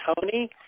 Tony